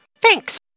Thanks